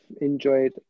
enjoyed